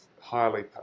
highly